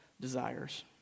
desires